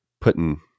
putting